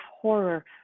horror